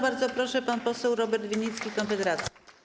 Bardzo proszę, pan poseł Robert Winnicki, Konfederacja.